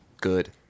good